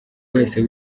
wese